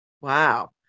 Wow